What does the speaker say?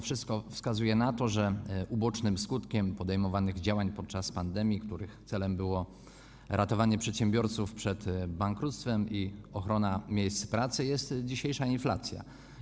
Wszystko wskazuje na to, że ubocznym skutkiem działań podejmowanych podczas pandemii, których celem było ratowanie przedsiębiorców przed bankructwem i ochrona miejsc pracy, jest dzisiejsza inflacja.